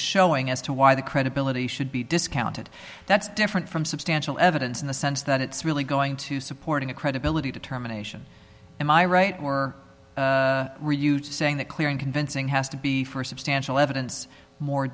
showing as to why the credibility should be discounted that's different from substantial evidence in the sense that it's really going to supporting a credibility determination am i right or saying that clear and convincing has to be for substantial evidence more